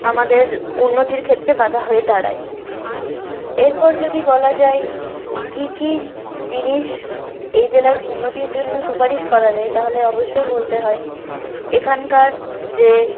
আমাদের উন্নতির ক্ষেত্রে বাঁধা হয়ে দাঁড়ায় এরপর যদি বলা যায় কি কি জিনিস এই জেলার উন্নতির জন্য সুপারিশ করা যায় তাহলে অবশ্যই বলতে হয় এখানকার যে